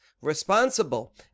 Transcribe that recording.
responsible